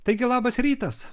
taigi labas rytas